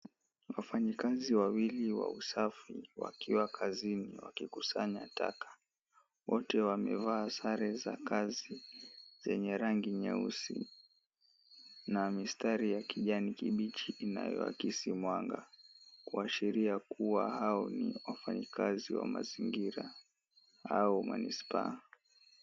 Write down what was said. Wafanyikazi wawili wa usafi wakiwa kazini wakikusanya taka. Wote wamevaa sare za kazi zenye rangi nyeusi na mistari ya kijani kibichi inayoakisi mwanga kuashiria kuwa hao ni wafanyikazi wa mazingira au manispaa.